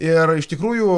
ir iš tikrųjų